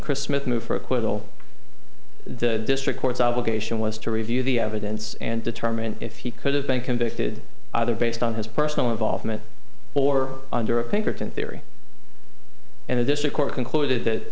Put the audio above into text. smith move for acquittal the district court's obligation was to review the evidence and determine if he could have been convicted either based on his personal involvement or under a pinkerton theory and the district court concluded that